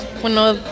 bueno